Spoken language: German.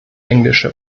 englische